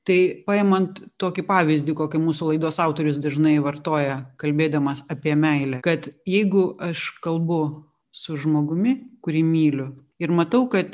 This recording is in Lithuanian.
tai paimant tokį pavyzdį kokį mūsų laidos autorius dažnai vartoja kalbėdamas apie meilę kad jeigu aš kalbu su žmogumi kurį myliu ir matau kad